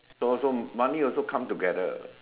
so so money also come together